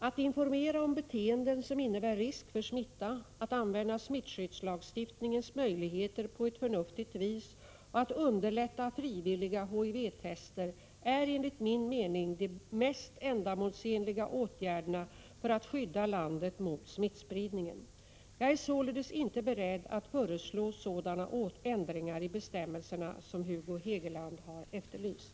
Att informera om beteenden som innebär risk för smitta, att använda smittskyddslagstiftningens möjligheter på ett förnuftigt vis och att underlätta frivilliga HIV-tester är enligt min mening de mest ändamålsenliga åtgärderna för att skydda landet mot smittspridningen. Jag är således inte beredd att föreslå sådana ändringar i bestämmelserna som Hugo Hegeland har efterlyst.